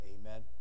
Amen